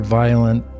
violent